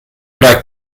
like